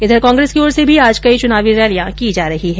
इधर कांग्रेस की ओर से भी आज कई चुनावी रैलियां की जा रही है